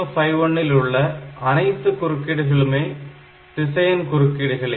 8051 ல் உள்ள அனைத்து குறுக்கீடுகளும் திசையன் குறுக்கீடுகளே